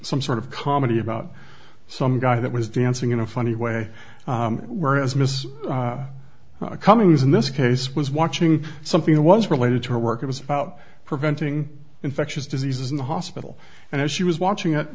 some sort of comedy about some guy that was dancing in a funny way whereas misess cummings in this case was watching something that was related to her work it was about preventing infectious diseases in the hospital and as she was watching it